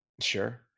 Sure